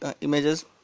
images